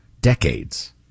Decades